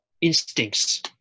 instincts